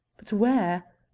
but where?